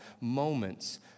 moments